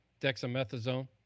Dexamethasone